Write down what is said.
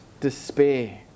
despair